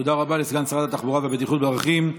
תודה רבה לסגן שר התחבורה והבטיחות בדרכים,